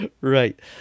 Right